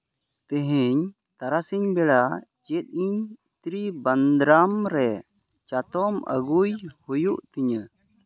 ᱛᱮᱦᱮᱧ ᱛᱟᱨᱟᱥᱤᱧ ᱵᱮᱲᱟ ᱪᱮᱫ ᱤᱧ ᱛᱨᱤ ᱵᱟᱸᱫᱽᱨᱟᱢ ᱨᱮ ᱪᱟᱛᱚᱢ ᱟᱹᱜᱩᱭ ᱦᱩᱭᱩᱜ ᱛᱤᱧᱟᱹ